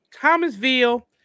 Thomasville